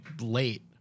late